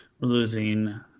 losing